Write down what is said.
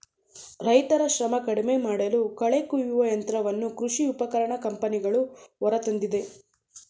ರೈತರ ಶ್ರಮ ಕಡಿಮೆಮಾಡಲು ಕಳೆ ಕುಯ್ಯುವ ಯಂತ್ರವನ್ನು ಕೃಷಿ ಉಪಕರಣ ಕಂಪನಿಗಳು ಹೊರತಂದಿದೆ